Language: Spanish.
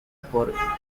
por